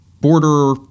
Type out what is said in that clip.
border